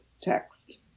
text